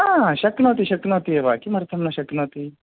हा शक्नोति शक्नोति एव किमर्थं न शक्नोति